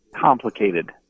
complicated